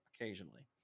occasionally